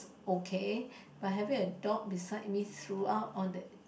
okay but having a dog beside me throughout on the